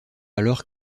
alors